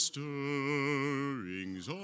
Stirrings